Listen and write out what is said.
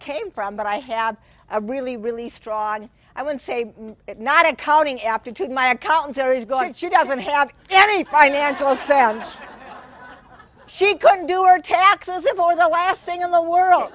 came from but i have a really really strong i would say not accounting aptitude my accountant there is going she doesn't have any financial said she couldn't do or taxes it for the last thing in the world